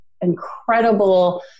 incredible